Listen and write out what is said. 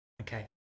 Okay